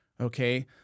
okay